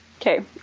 okay